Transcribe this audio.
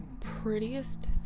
prettiest